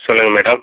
சொல்லுங்கள் மேடம்